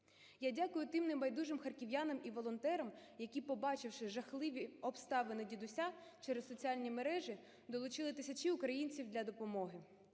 Я дякую тим небайдужим харків'янам і волонтерам, які побачивши жахливі обставини дідуся через соціальні мережі долучили тисячі українців для допомоги.